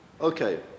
Okay